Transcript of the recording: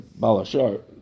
Balashar